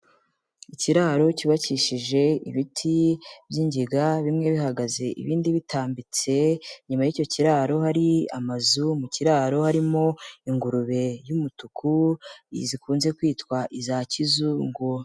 Ikiraro cyubakishije ibiti by'ingiga bimwe bihagaze ibindi bitambitse, inyuma y'icyo kiraro hari amazu mu kiraro harimo ingurube y'umutuku zikunze kwitwa iza kizungu.